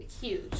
Huge